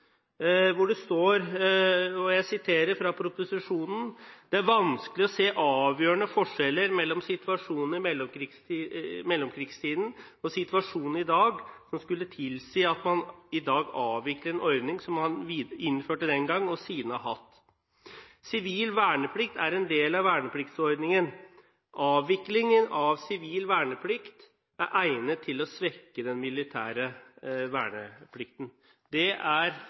og jeg siterer fra proposisjonen, hvor det står: «Det er vanskelig å se avgjørende forskjeller mellom situasjonen i mellomkrigstiden og situasjonen i dag som skulle tilsi at man i dag avvikler en ordning som man innførte den gang og siden har hatt. Sivil verneplikt er en del av vernepliktsordningen. Avviklingen av sivil verneplikt er egnet til å svekke den militære verneplikten.» Det er